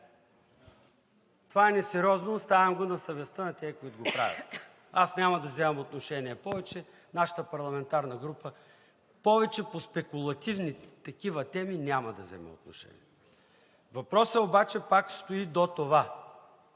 Това е несериозно. Оставям го на съвестта на тези, които го правят. Аз няма да вземам отношение повече. Нашата парламентарна група повече по такива спекулативни теми няма да взема отношение. Въпросът обаче пак стои до това